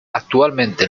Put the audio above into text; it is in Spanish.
actualmente